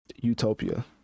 utopia